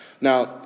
Now